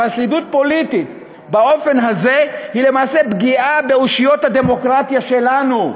אבל שרידות פוליטית באופן הזה היא למעשה פגיעה באושיות הדמוקרטיה שלנו.